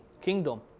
kingdom